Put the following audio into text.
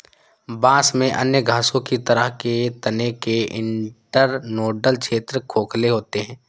बांस में अन्य घासों की तरह के तने के इंटरनोडल क्षेत्र खोखले होते हैं